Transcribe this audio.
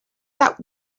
that